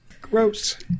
Gross